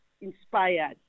inspired